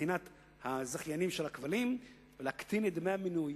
מבחינת הזכיינים של הכבלים ולהקטין את דמי המנוי.